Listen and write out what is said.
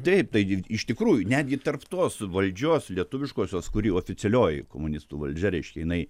taip taigi iš tikrųjų netgi tarp tos valdžios lietuviškosios kuri oficialioji komunistų valdžia reiškė jinai